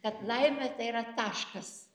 kad laimė tai yra taškas